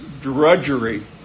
drudgery